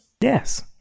Yes